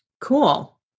Cool